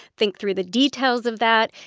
think through the details of that.